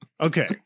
Okay